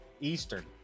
Eastern